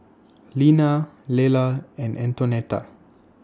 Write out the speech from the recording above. Lina Lela and Antonetta